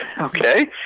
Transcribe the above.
Okay